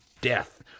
death